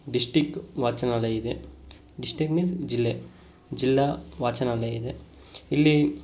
district ವಾಚನಾಲಯ ಇದೆ district means ಜಿಲ್ಲೆ ಜಿಲ್ಲಾ ವಾಚನಾಲಯ ಇದೆ ಇಲ್ಲಿ